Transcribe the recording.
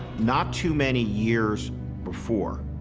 not too many years before,